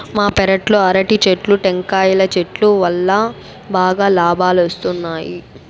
మా పెరట్లో అరటి చెట్లు, టెంకాయల చెట్టు వల్లా బాగా లాబాలొస్తున్నాయి